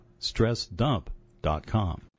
StressDump.com